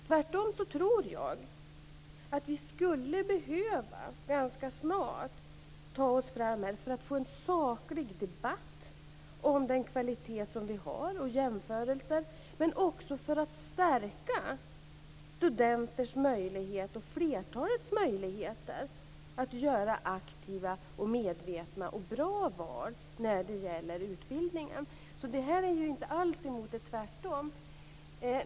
Tvärtom tror jag att vi ganska snart skulle behöva ta oss fram i fråga om detta för att få en saklig debatt om den kvalitet som vi har och göra jämförelser men också för att stärka studenters möjligheter och flertalets möjligheter att göra aktiva, medvetna och bra val när det gäller utbildningen. Det här är alltså inte emot detta - tvärtom.